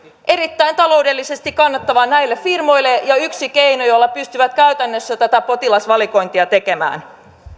erittäin kannattavaa taloudellisesti näille firmoille ja yksi keino jolla ne pystyvät käytännössä tätä potilasvalikointia tekemään